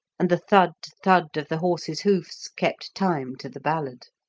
and the thud, thud of the horses' hoofs kept time to the ballad.